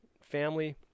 family